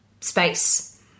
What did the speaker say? space